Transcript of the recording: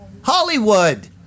Hollywood